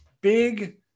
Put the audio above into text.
big